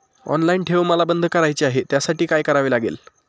Online ठेव मला बंद करायची आहे, त्यासाठी काय करावे लागेल?